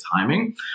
timing